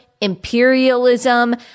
imperialism